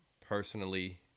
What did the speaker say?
personally